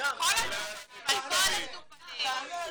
חיתוך שרירותי במינונים.